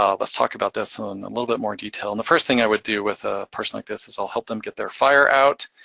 um let's talk about this in ah and a little bit more detail. the first thing i would do with a person like this is i'll help them get their fire out.